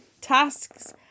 tasks